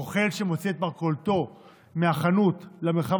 רוכל שמוציא את מרכולתו מהחנות למרחב